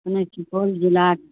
میں سپول ضلع